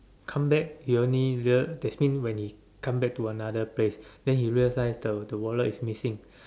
come back he only real that's mean when he come back to another place then he realise the the wallet is missing